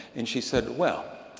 and she said, well,